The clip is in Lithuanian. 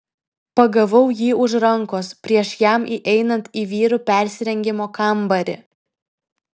pagavau jį už rankos prieš jam įeinant į vyrų persirengimo kambarį